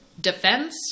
defense